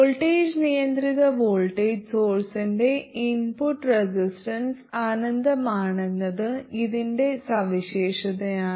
voltage നിയന്ത്രിത voltage സോഴ്സ്ന്റെ input resistance അനന്തമാണെന്നത് ഇതിന്റെ സവിശേഷതയാണ്